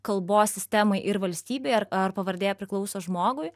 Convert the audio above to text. kalbos sistemai ir valstybei ar ar pavardė priklauso žmogui